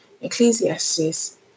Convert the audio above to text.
Ecclesiastes